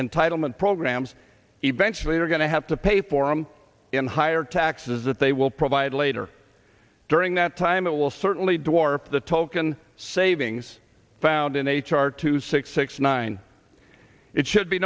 entitlement programs eventually they're going to have to pay for him in higher taxes that they will provide later during that time it will certainly dwarf the token savings found in h r two six six nine it should be